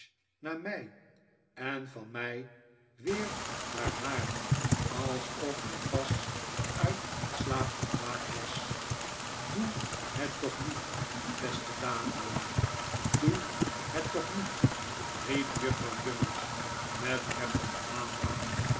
naar mij en van mij weer naar haar alsof hij pas uit een slaap ontwaakt was doe het toch niet beste daniel doe het david co ppe'r field toch niet riep juffrouw gummidge met heftigen aandrang